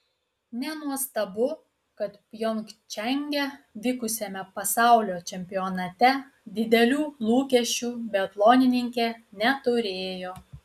nenuostabu kad pjongčange vykusiame pasaulio čempionate didelių lūkesčių biatlonininkė neturėjo